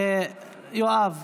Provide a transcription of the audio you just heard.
יואב.